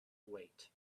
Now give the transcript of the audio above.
wait